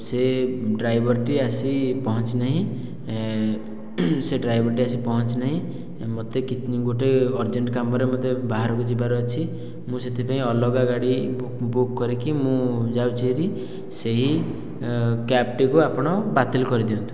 ସେ ଡ୍ରାଇଭରଟି ଆସି ପହଞ୍ଚିନାହିଁ ସେ ଡ୍ରାଇଭରଟି ଆସି ପହଞ୍ଚିନାହିଁ ମୋତେ ଗୋଟିଏ ଅରଜେଣ୍ଟ୍ କାମରେ ମୋତେ ବାହାରକୁ ଯିବାର ଅଛି ମୁଁ ସେ'ଥିପାଇଁ ଅଲଗା ଗାଡ଼ି ବୁକ୍ କରିକି ମୁଁ ଯାଉଛି ହେରି ସେଇ କ୍ୟାବଟିକୁ ଆପଣ ବାତିଲ କରିଦିଅନ୍ତୁ